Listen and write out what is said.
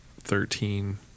thirteen